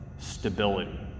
stability